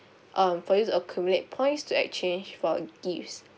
um for you to accumulate points to exchange for gifts